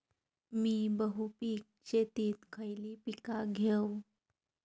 मी बहुपिक शेतीत खयली पीका घेव?